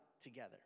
together